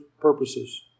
purposes